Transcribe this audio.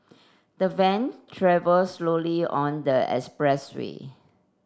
the van travel slowly on the expressway